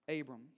Abram